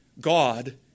God